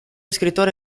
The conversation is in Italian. scrittore